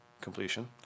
completion